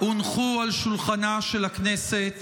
הונחו על שולחנה של הכנסת